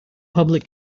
public